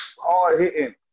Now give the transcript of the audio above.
hard-hitting